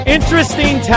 Interesting